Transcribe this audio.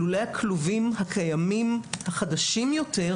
לולי הכלובים הקיימים החדשים יותר,